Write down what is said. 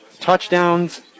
touchdowns